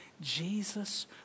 Jesus